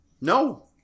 No